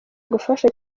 gufasha